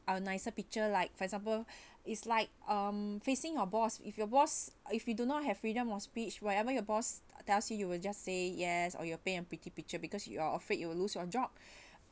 a nicer picture like for example it's like um facing your boss if your boss if you do not have freedom of speech whatever your boss tells you you will just say yes or you'll paint a pretty picture because you are afraid you will lose your job 'll [a'